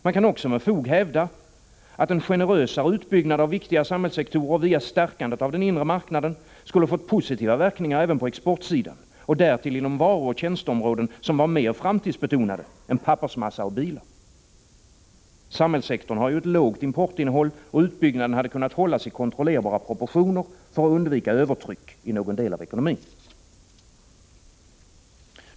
Man kan också med fog hävda att en generösare utbyggnad av viktiga samhällssektorer via stärkandet av den inre marknaden skulle ha fått positiva verkningar även på exportsidan, därtill inom varuoch tjänsteområden som är mer framtidsbetonade än pappersmassa och bilar. Samhällssektorn har ju låg import, och utbyggnaden hade kunnat hållas i kontrollerbara proportioner för att undvika övertryck i någon del av ekonomin.